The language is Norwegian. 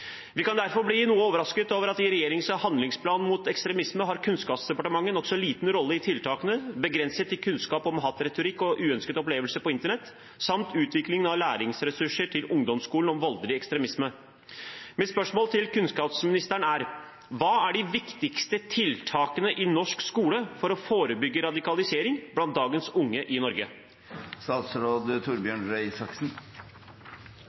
Vi kan derfor bli noe overrasket over at i regjeringens handlingsplan mot ekstremisme har Kunnskapsdepartementet en nokså liten rolle i tiltakene, begrenset til kunnskap om hatretorikk og uønskede opplevelser på internett samt utvikling av læringsressurser til ungdomsskolen om voldelig ekstremisme. Mitt spørsmål til kunnskapsministeren er: Hva er de viktigste tiltakene i norsk skole for å forebygge radikalisering blant dagens unge i